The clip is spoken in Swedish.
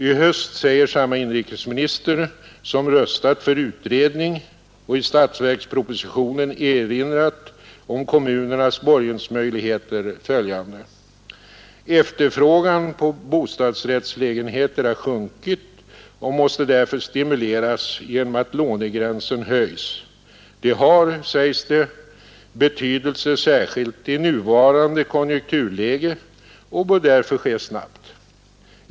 I höst säger samme inrikesminister, som röstat för utredning och i statsverkspropositionen erinrat om kommunernas borgensmöjligheter, följande: Efterfrågan på bostadsrättslägenheter har sjunkit och måste därför stimuleras genom att lånegränsen höjs. Det har — sägs det — betydelse, särskilt i nuvarande konjunkturläge och bör därför ske snabbt.